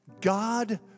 God